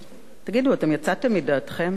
תגידו, אתם יצאתם מדעתכם?